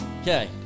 Okay